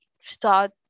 start